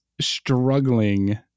struggling